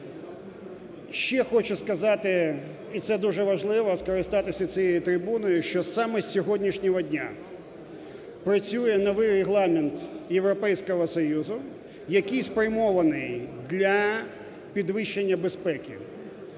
Ще хочу сказати і це дуже важливо, скористатися цією трибуною, що саме з сьогоднішнього дня працює новий Регламент Європейського Союзу, який спрямований для підвищення безпеки.